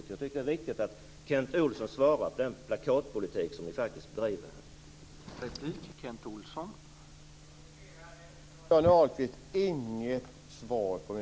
Jag tycker att det är viktigt att Kent Olsson svarar för den plakatpolitik som ni faktiskt bedriver här.